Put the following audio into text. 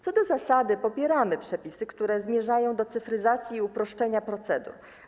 Co do zasady popieramy przepisy, które zmierzają do cyfryzacji i uproszczenia procedur.